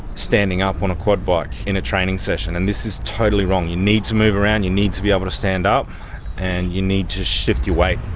standing up on a quad bike in a training session, and this is totally wrong. you need to move around, you need to be able to stand up and you need to shift your weight.